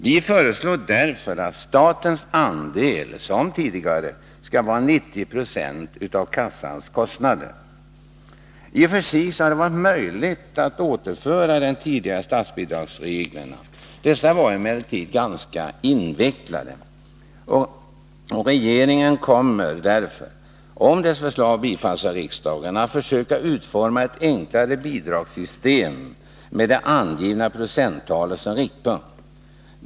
Vi föreslår därför att statens andel som tidigare skall vara 90 96 av kassornas kostnader. I och för sig hade det varit möjligt att återinföra de tidigare statsbidragsreglerna. Dessa var emellertid ganska invecklade, och regeringen kommer därför, om dess förslag bifalles av riksdagen, att försöka utforma ett enklare bidragssystem med det anivna procenttalet som riktpunkt.